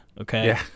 okay